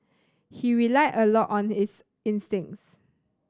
he relied a lot on his instincts